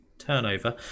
turnover